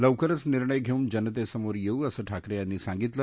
लवकरच निर्णय घेऊन जनतेसमोर येऊ असं ठाकरे यांनी सांगितलं